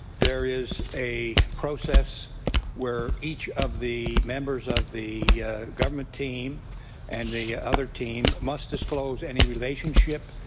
there is a process where each of the members of the government team and the other team must disclose any relationship,